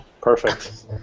Perfect